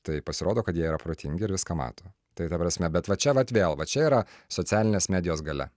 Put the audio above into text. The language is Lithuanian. tai pasirodo kad jie yra protingi ir viską mato tai ta prasme bet va čia vat vėl va čia yra socialinės medijos galia